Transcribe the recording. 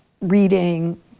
reading